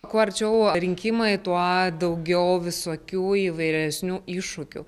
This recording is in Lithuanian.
kuo arčiau rinkimai tuo daugiau visokių įvairesnių iššūkių